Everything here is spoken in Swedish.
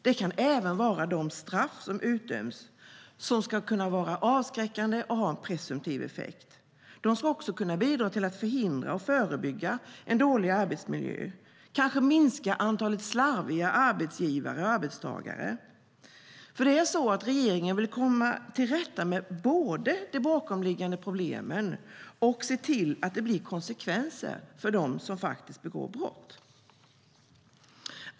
Det kan även vara de straff som utdöms, som ska vara avskräckande och ha en preventiv effekt. De ska också kunna bidra till att förhindra och förebygga dålig arbetsmiljö och kanske minska antalet slarviga arbetsgivare och arbetstagare. Regeringen vill både komma till rätta med de bakomliggande problemen och se till att det blir konsekvenser för dem som begår brott.